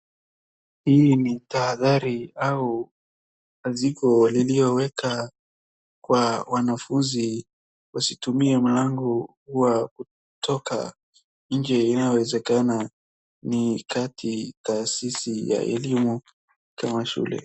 Hii ni tahadhari au aziko liliowekwa kwa wanafunzi wasitumie mlango wa kutoka nje inawezekana ni kati taasisi ya elimu kama shule.